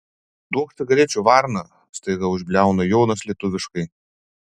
duok cigarečių varna staiga užbliauna jonas lietuviškai